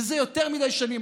וזה יותר מדי שנים.